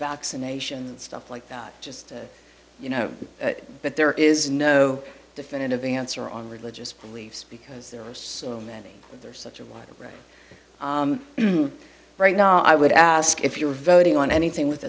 vaccinations stuff like that just you know but there is no definitive answer on religious beliefs because there are so many other such a wide range right now i would ask if you're voting on anything with